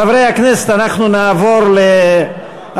חברי הכנסת, אנחנו נעבור להצבעות.